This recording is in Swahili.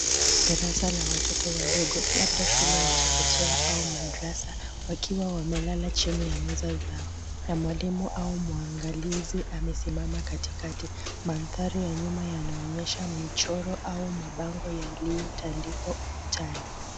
Darasa la watoto wadogo ,labda shule ya chekechea au madrasa, wakiwa wamelala chini ya meza zao na mwalimu au mwangalizi amesimama katikati. Manthari ya nyuma yanayoonyesha michoro au mabango yaliyotandikwa ukutani.